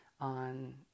on